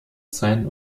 zeilen